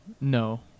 No